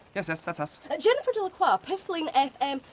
yes yes, that's us. jennifer delacroix, piffling fm.